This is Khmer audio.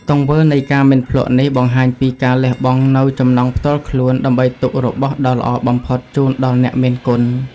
ទង្វើនៃការមិនភ្លក្សនេះបង្ហាញពីការលះបង់នូវចំណង់ផ្ទាល់ខ្លួន ដើម្បីទុករបស់ដ៏ល្អបំផុតជូនដល់អ្នកមានគុណ។